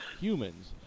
humans